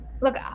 Look